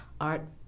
art